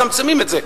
מצמצמים את זה?